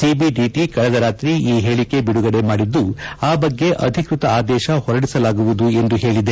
CBDT ಕಳೆದ ರಾತ್ರಿ ಈ ಹೇಳಿಕೆ ಬಿಡುಗಡೆ ಮಾಡಿದ್ದು ಆ ಬಗ್ಗೆ ಅಧಿಕೃತ ಆದೇಶ ಹೊರಡಿಸಲಾಗುವುದು ಎಂದು ಹೇಳಿದೆ